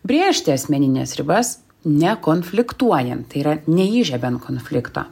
brėžti asmenines ribas nekonfliktuojant tai yra neįžiebiant konflikto